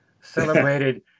celebrated